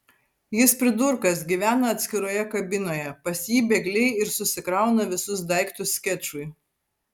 jis pridurkas gyvena atskiroje kabinoje pas jį bėgliai ir susikrauna visus daiktus skečui